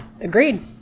Agreed